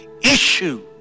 issue